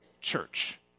church